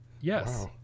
Yes